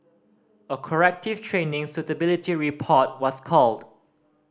a corrective training suitability report was called